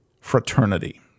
fraternity